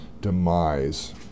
demise